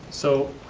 so